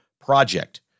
project